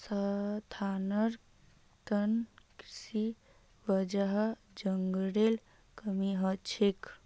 स्थानांतरण कृशिर वजह जंगलेर कमी ह छेक